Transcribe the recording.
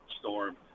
storm